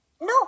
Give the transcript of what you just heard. No